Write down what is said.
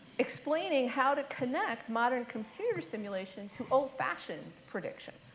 explaining how to connect modern computer simulation to old fashioned prediction.